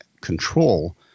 control